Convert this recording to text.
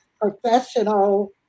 professional